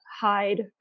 hide